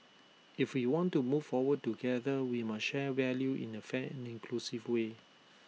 if we want to move forward together we must share value in A fair and inclusive way